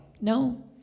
No